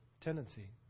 tendency